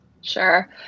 Sure